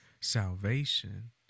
salvation